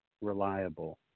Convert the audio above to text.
reliable